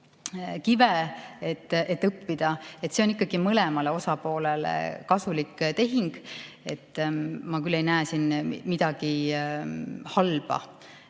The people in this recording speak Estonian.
kive, et õppida. See on ikkagi mõlemale osapoolele kasulik tehing. Ma küll ei näe siin midagi halba.